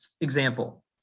example